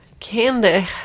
candy